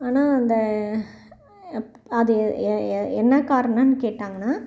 ஆனால் அந்த அப் அது என்ன காரணம்னு கேட்டாங்கன்னால்